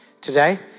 today